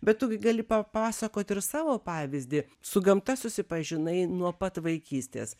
bet tu gi gali papasakot ir savo pavyzdį su gamta susipažinai nuo pat vaikystės